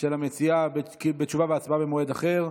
של המציעה, ותשובה והצבעה, במועד אחר.